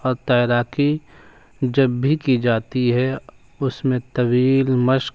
اور تیراکی جب بھی کی جاتی ہے اس میں طویل مشق